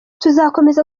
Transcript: tuzakomeza